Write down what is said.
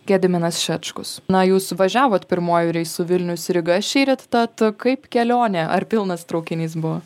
gediminas šečkus na jūs važiavot pirmuoju reisu vilnius ryga šįryt tad kaip kelionė ar pilnas traukinys buvo